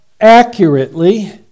accurately